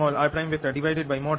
ds Jr